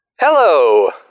Hello